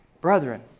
Brethren